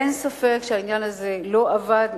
אין ספק שהעניין הזה לא עבד,